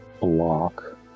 block